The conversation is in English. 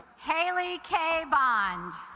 hey lee k bond